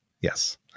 Yes